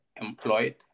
employed